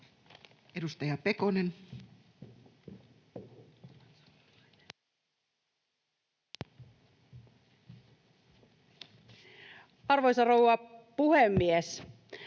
Arvoisa rouva puhemies!